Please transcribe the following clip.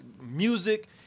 Music